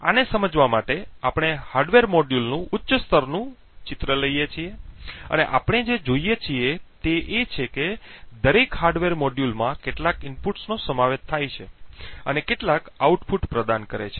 આને સમજવા માટે આપણે હાર્ડવેર મોડ્યુલનું ઉચ્ચ સ્તરનું ચિત્ર લઈએ છીએ અને આપણે જે જોઈએ છીએ તે એ છે કે દરેક હાર્ડવેર મોડ્યુલમાં કેટલાક ઇનપુટ્સનો સમાવેશ થાય છે અને કેટલાક આઉટપુટ પ્રદાન કરે છે